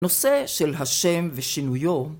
נושא של השם ושינויו